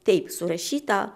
taip surašyta